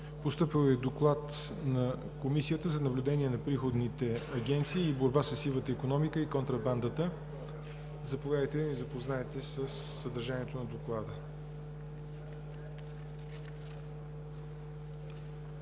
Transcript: Постъпил е и доклад на Комисията за наблюдение на приходните агенции и борба със сивата икономика и контрабандата. Заповядайте, за да ни запознаете със съдържанието на доклада.